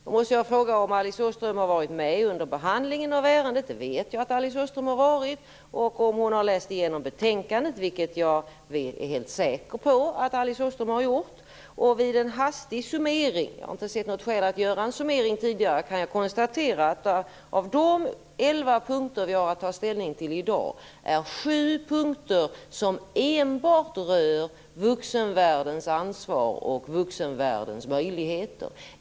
Jag frågar mig därför om Alice Åström har varit med under behandlingen av ärendet - det vet jag att hon har varit - och om hon har läst igenom betänkandet - det är jag helt säker på att hon har gjort. Vid en hastig summering - jag har inte sett något skäl att göra någon summering tidigare - kan jag konstatera att av de elva punkter vi har att ta ställning till i dag är det sju punkter som enbart rör vuxenvärldens ansvar och möjligheter.